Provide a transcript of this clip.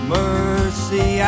mercy